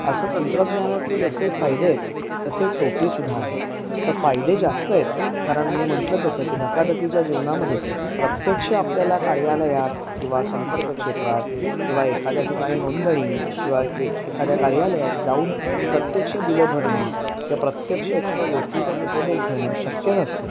असं तंत्रज्ञानाचे जसे फायदे तसे तोटेसुद्धा आहेत फायदे जास्त आहेत कारण मी म्हटलं तसं की धकाधकीच्या जीवनामधे प्रत्यक्ष आपल्याला कार्यालयात किंवा संपर्क क्षेत्रात किंवा एखाद्या ठिकाणी नोंदणी किंवा वेग एखाद्या कार्यालयात जाऊन प्रत्यक्ष बिलं भरणं किंवा प्रत्यक्ष एखाद्या गोष्टीचा उपभोग घेणं शक्य नसतं